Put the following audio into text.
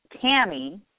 tammy